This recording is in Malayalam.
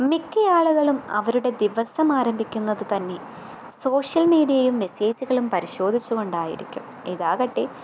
മിക്ക ആളുകളും അവരുടെ ദിവസം ആരംഭിക്കുന്നത് തന്നെ സോഷ്യൽ മീഡിയയും മെസ്സേജുകളും പരിശോധിച്ചുകൊണ്ടായിരിക്കും ഇതാകട്ടെ